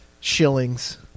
shillings